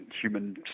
human